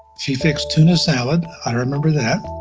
she fixed tuna salad, i remember that.